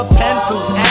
pencils